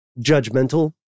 judgmental